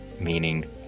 meaning